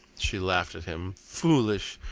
she laughed at him. foolish!